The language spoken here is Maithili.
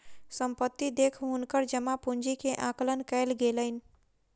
संपत्ति देख हुनकर जमा पूंजी के आकलन कयल गेलैन